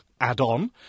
add-on